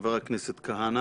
לחבר הכנסת כהנא.